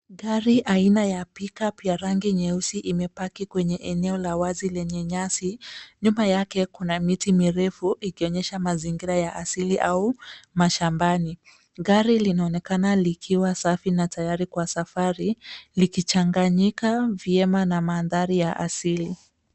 Gari aina ya pick-up ya rangi nyeusi imepaki kwenye eneo la wazi lenye nyasi. Nyuma yake kuna miti mirefu ikionyesha mazingira ya asili au mashambani. Gari linaonekana likiwa safi na tayari kwa safari, likichanganyika vyema na mandhari ya asili.